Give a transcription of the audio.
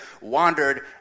wandered